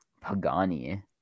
Pagani